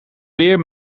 weer